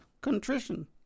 Contrition